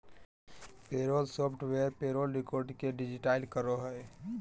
payroll software payroll record के digitise करो हइ